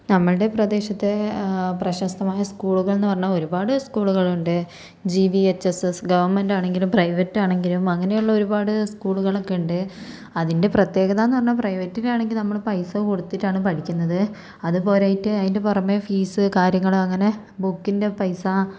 നമ്മളുടെ പ്രദേശത്തെ പ്രശസ്തമായ സ്കൂളുകൾ എന്ന് പറഞ്ഞാൽ ഒരുപാട് സ്കൂളുകൾ ഉണ്ട് G V H S S government ആണെങ്കിലും പ്രൈവറ്റ് ആണെങ്കിലും അങ്ങനെയുള്ള ഒരുപാട് സ്കൂളുകളൊക്കെ ഉണ്ട് അതിൻ്റെ പ്രത്യേകതാന്ന് പറഞ്ഞാൽ പ്രൈവറ്റ് ആണെങ്കിൽ നമ്മൾ പൈസ കൊടുത്തിട്ടാണ് പഠിക്കുന്നത് അതുപോരാഞ്ഞിട്ട് അതിന് പുറമെ ഫീസ് കാര്യങ്ങൾ അങ്ങനെ ബുക്കിൻ്റെ പൈസ